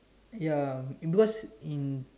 ya because in